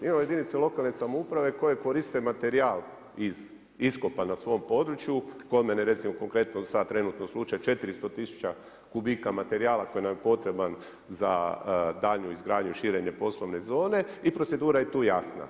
Imamo jedinica lokalne samouprave koje koriste materijal iz iskopa na svom području, kod mene, recimo konkretno trenutno sad slučaj 400000 kubika materijala koji nam je potreban za danju izgradnju i širenje poslovne zone i procedura je tu jasna.